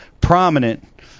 prominent